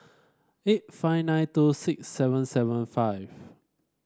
eight five nine two six seven seven five